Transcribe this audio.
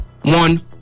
one